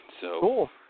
Cool